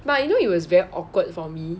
but you know it was very awkward for me